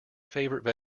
favourite